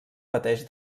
pateix